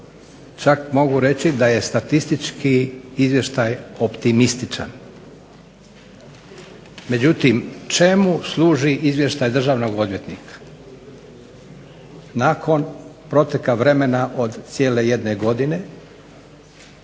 Čak mogu reći da je statistički izvještaj optimističan. Međutim, čemu služi izvještaj državnog odvjetnika nakon proteka vremena od cijele jedne godine?